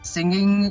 Singing